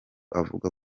avuga